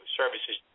services